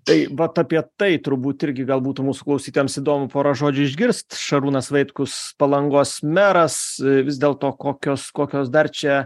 tai vat apie tai turbūt irgi galbūt mūsų klausytojams įdomu pora žodžių išgirsti šarūnas vaitkus palangos meras vis dėl to kokios kokios dar čia